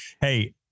Hey